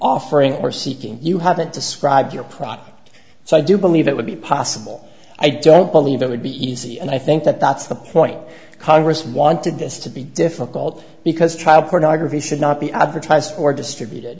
offering or seeking you haven't described your product so i do believe it would be possible i don't believe it would be easy and i think that that's the point congress wanted this to be difficult because child pornography should not be advertised or distributed